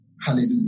Hallelujah